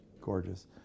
gorgeous